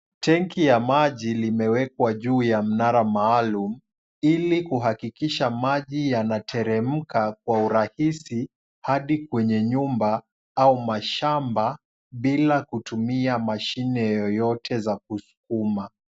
Tenki ya maji limewekwa juu ya mnara maalum, ili kuhakikisha maji yanateremka kwa urahisi, hadi kwenye nyumba au mashamba, bila kutumia mashine yeyote za kusukuma.